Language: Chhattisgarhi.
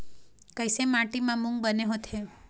कइसे माटी म मूंग बने होथे?